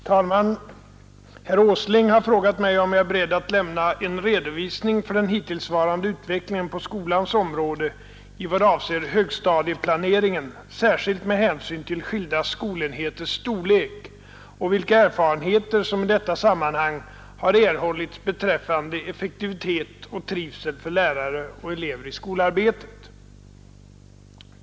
Herr talman! Herr Åsling har frågat mig om jag är beredd att lämna en redovisning för den hittillsvarande utvecklingen på skolans område i vad avser högstadieplaneringen, särskilt med hänsyn till skilda skolenheters storlek, och vilka erfarenheter som i detta sammanhang har erhållits beträffande effektivitet och trivsel för lärare och elever i skolarbetet.